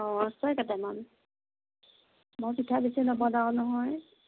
অ' আছে কেইটামান মই পিঠা বেছি নবনাওঁ নহয়